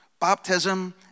Baptism